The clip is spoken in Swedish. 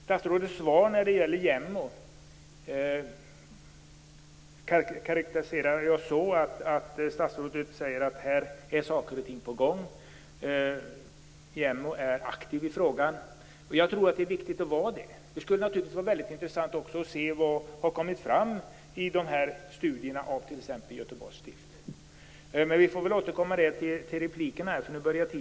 Statsrådets svar när det gäller JämO är att saker och ting är på gång och att JämO är aktiv i frågan. Det är viktigt. Det skulle naturligtvis också vara intressant att se vad som har kommit fram i studierna av t.ex. Göteborgs stift.